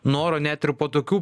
noro net ir po tokių